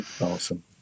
Awesome